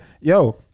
Yo